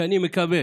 אני מקווה